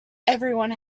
everyone